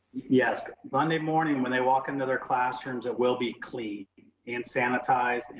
yes, monday morning when they walk into their classrooms, it will be cleaned and sanitized. and